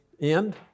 end